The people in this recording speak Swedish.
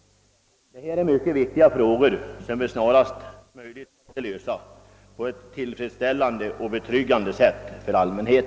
Detta är mycket viktiga spörsmål, som vi snarast möjligt måste lösa på ett för allmänheten tillfredsställande och betryggande sätt.